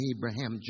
Abraham